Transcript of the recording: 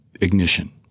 ignition